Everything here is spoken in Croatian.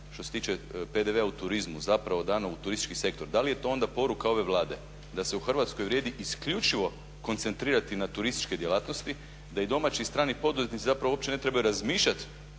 što se tiče PDV-a u turizmu zapravo dano u turistički sektor da li je to onda poruka ove Vlade da se u Hrvatskoj vrijedi isključivo koncentrirati na turističke djelatnosti, da domaći i strani poduzetnici zapravo uopće ne trebaju razmišljati